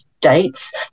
dates